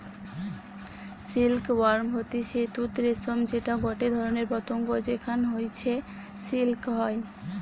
silk worm হতিছে তুত রেশম যেটা গটে ধরণের পতঙ্গ যেখান হইতে সিল্ক হয়